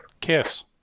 Kiss